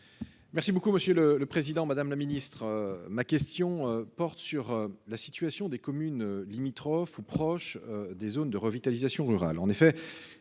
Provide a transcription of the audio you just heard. Merci beaucoup monsieur le le président, madame la ministre ma question porte sur la situation des communes limitrophes ou proches des zones de revitalisation rurale